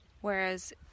whereas